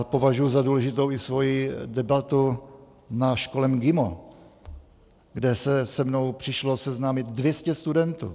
Považuji za důležitou i svoji debatu na škole MGIMO, kde se se mnou přišlo seznámit 200 studentů.